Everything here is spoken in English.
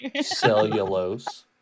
Cellulose